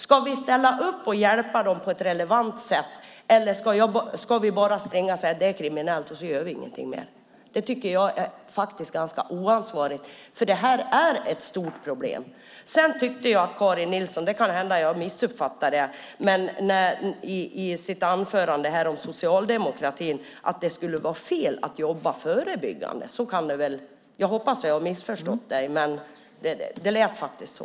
Ska vi ställa upp och hjälpa dem på ett relevant sätt, eller ska vi bara säga att det är kriminellt, och så gör vi ingenting mer? Det tycker jag skulle vara oansvarigt, för det här är ett stort problem. Det kan hända att jag missuppfattade dig, Karin Nilsson, men skulle det vara fel att jobba förebyggande? Jag hoppas att jag har missförstått dig, men det lät så.